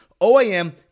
OAM